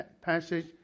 passage